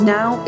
Now